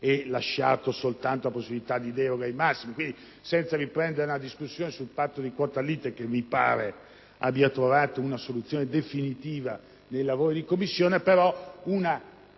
e lasciata soltanto la possibilità di deroga ai massimi. Quindi, senza riprendere la discussione sul patto di quota-lite, che mi pare abbia trovato una soluzione definitiva nei lavori di Commissione, ritengo